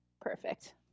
Perfect